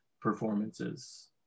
performances